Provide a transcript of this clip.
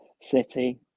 City